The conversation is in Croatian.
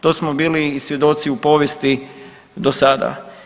To smo bili svjedoci u povijesti do sada.